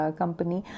company